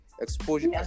Exposure